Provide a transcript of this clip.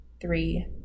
three